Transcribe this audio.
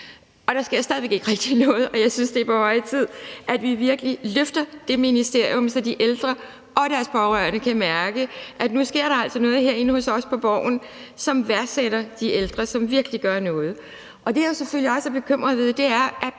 Og der sker stadig væk ikke rigtig noget, og jeg synes, det er på høje tid, at vi virkelig løfter det ministerium, så de ældre og deres pårørende kan mærke, at der altså nu sker noget herinde hos os på Borgen, som værdsætter de ældre, og som virkelig gør noget. Det, jeg selvfølgelig også er bekymret for, er, at